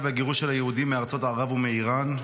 והגירוש של היהודים מארצות ערב ומאיראן.